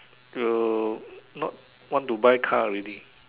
will not want to buy car already